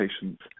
patients